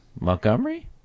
Montgomery